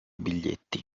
biglietti